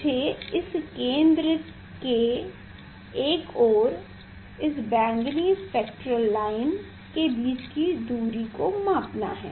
मुझे इस केंद्र के एक ओर इस बैगनी स्पेक्ट्रल लाइन के बीच की दूरी को मापना है